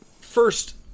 first